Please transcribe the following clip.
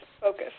focus